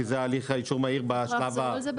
כי זה הליך האישור המהיר בשלב --- אתה יכול לחזור על זה,